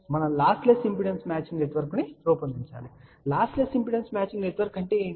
మనం lossless impedance matching నెట్వర్క్ను రూపొందించాలనుకుంటున్నాము మరియు లాస్లెస్ ఇంపిడెన్స్ మ్యాచింగ్ నెట్వర్క్లు అంటే ఏమిటి